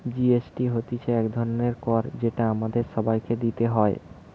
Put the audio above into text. GST হতিছে এক ধরণের কর যেটা আমাদের সবাইকে দিতে হয়